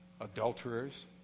adulterers